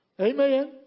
Amen